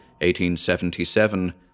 1877